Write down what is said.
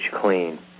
clean